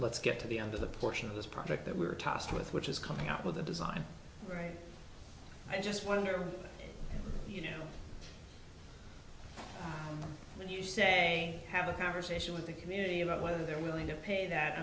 let's get to the end of the portion of this project that we were tasked with which is coming out with a design right i just wonder you know when you say have a conversation with the community about whether they're willing to pay that